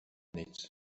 nichts